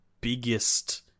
biggest